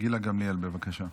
גילה גמליאל, בבקשה.